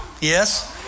Yes